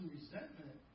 resentment